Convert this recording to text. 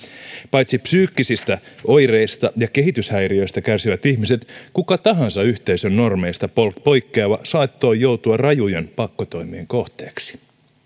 paitsi psyykkisistä oireista ja kehityshäiriöistä kärsivät ihmiset kuka tahansa yhteisön normeista poikkeava saattoi joutua rajujen pakkotoimien kohteeksi